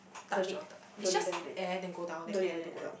touch the water what it's just air then go down then air then go down